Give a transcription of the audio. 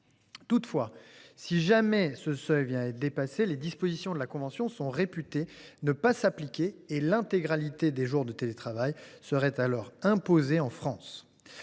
Toutefois, si jamais ce seuil était dépassé, les dispositions de la convention étaient réputées ne pas s’appliquer et l’intégralité des jours de télétravail étaient alors imposés en France.